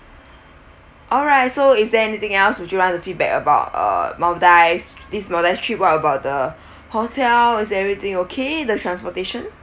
alright so is there anything else would you want to feedback about uh maldives this more that's trip what about the hotel is everything okay the transportation